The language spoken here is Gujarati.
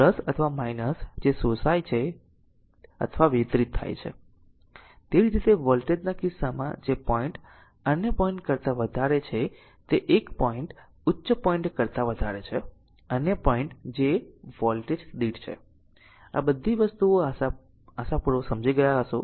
તે અથવા જે શોષાય છે અથવા વિતરિત થાય છે તેવી જ રીતે વોલ્ટેજ ના કિસ્સામાં જે પોઈન્ટ અન્ય પોઈન્ટ કરતા વધારે છે તે 1 પોઇન્ટ ઉચ્ચ પોઈન્ટ કરતા વધારે છે અન્ય પોઈન્ટ જે વોલ્ટેજ દીઠ છે આ બધી વસ્તુઓ આશાપૂર્વક સમજી ગયા હશે